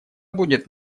будет